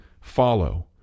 follow